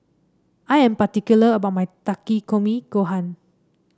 I am particular about my Takikomi Gohan